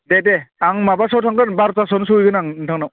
दे दे आं माबासोआव थांगोन बारथा सोआवनो सहैगोन आं नोंथांनाव